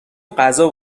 غذا